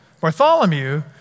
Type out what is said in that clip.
Bartholomew